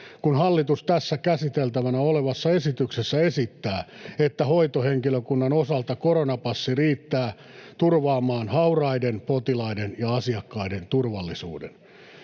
kun hallitus tässä käsiteltävänä olevassa esityksessä esittää, että hoitohenkilökunnan osalta koronapassi riittää turvaamaan hauraiden potilaiden ja asiakkaiden turvallisuuden?